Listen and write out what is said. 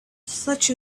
such